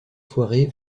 soirée